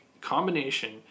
combination